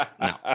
No